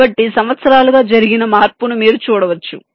కాబట్టి సంవత్సరాలుగా జరిగిన మార్పును మీరు చూడవచ్చు